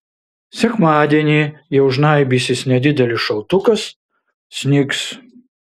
sekmadienį jau žnaibysis nedidelis šaltukas snigs